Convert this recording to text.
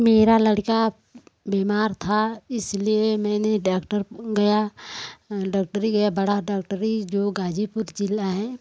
मेरा लड़का बीमार था इसलिए मैंने डॉक्टर गया डॉक्टर गया बड़ा डॉक्टरी जो गाजीपुर ज़िला है